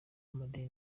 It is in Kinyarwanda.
amadini